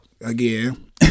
again